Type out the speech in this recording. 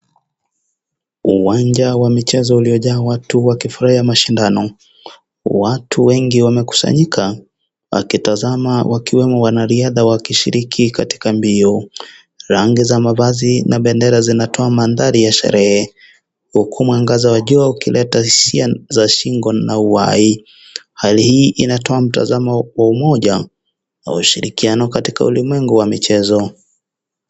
Uwanja wa michezo uliojaa watu wakifolea mashindano. Watu wengi wamekusanyika wakitazama wakiwemo wanariadha wakishiriki katika mbio. Rangi za mavazi na bendera zinatoa mandhari ya sherehe huku mwangaza wa jua ukileta hisia za shingo na uhai. Hali hii inatoa mtazamo wa umoja na ushiriano katika ulimwengu wa michezo.